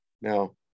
Now